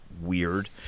weird